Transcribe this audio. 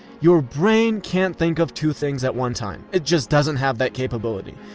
your brain can't think of two things at one time. it just doesn't have that capability.